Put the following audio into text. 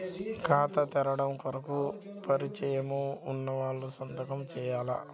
ఖాతా తెరవడం కొరకు పరిచయము వున్నవాళ్లు సంతకము చేయాలా?